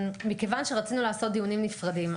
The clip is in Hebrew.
רצינו לעשות דיונים נפרדים,